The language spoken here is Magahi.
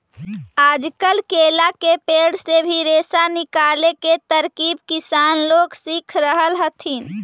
आजकल केला के पेड़ से भी रेशा निकाले के तरकीब किसान लोग सीख रहल हथिन